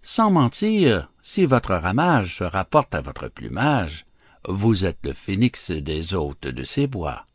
sans mentir si votre ramage se rapporte à votre plumage vous êtes le phénix des hôtes de ces bois